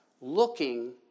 looking